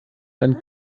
dann